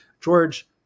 George